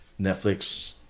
Netflix